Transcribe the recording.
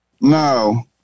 No